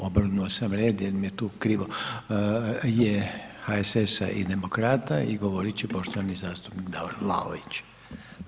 Obrnuo sam red jer mi je tu krivo, je HSS-a i Demokrata i govorit će poštovani zastupnik Davor Vlaović.